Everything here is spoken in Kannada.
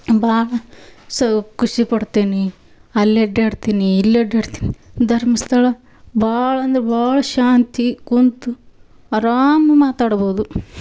ಭಾಳ ಸೋ ಖುಷಿಪಡ್ತೇನೆ ಅಲ್ಲಿ ಅಡ್ಡಾಡ್ತೀನಿ ಇಲ್ಲಿ ಅಡ್ಡಾಡ್ತೀನಿ ಧರ್ಮಸ್ಥಳ ಭಾಳಂದ್ರೆ ಭಾಳ ಶಾಂತಿ ಕುಂತು ಆರಾಮ್ ಮಾತಾಡ್ಬೋದು